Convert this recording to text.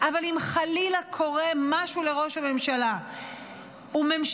אבל אם חלילה קורה משהו לראש הממשלה וממשלה